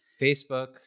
Facebook